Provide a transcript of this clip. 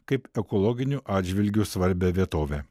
kaip ekologiniu atžvilgiu svarbią vietovę